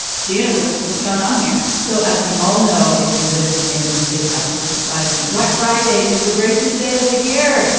june. what's what's going on here? so as we all know, if we live in this capitalist society, black friday is the greatest day of the year.